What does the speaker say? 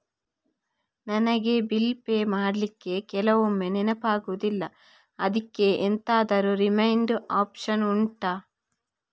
ನನಗೆ bill pay ಮಾಡ್ಲಿಕ್ಕೆ ಕೆಲವೊಮ್ಮೆ ನೆನಪಾಗುದಿಲ್ಲ ಅದ್ಕೆ ಎಂತಾದ್ರೂ ರಿಮೈಂಡ್ ಒಪ್ಶನ್ ಉಂಟಾ